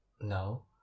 no